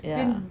yeah